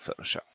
Photoshop